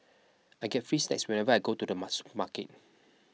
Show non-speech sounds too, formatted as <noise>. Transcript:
I get free snacks whenever I go to the <unintelligible> supermarket